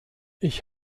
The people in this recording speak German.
ich